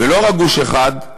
ולא רק גוש אחד,